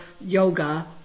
yoga